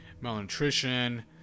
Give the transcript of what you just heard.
malnutrition